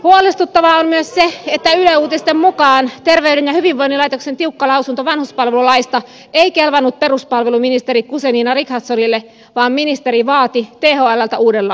huolestuttavaa on myös se että yle uutisten mukaan terveyden ja hyvinvoinnin laitoksen tiukka lausunto vanhuspalvelulaista ei kelvannut peruspalveluministeri guzenina richardsonille vaan ministeri vaati thlltä uuden lausunnon